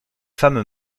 femme